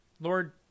Lord